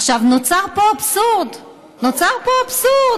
עכשיו, נוצר פה אבסורד, נוצר פה אבסורד,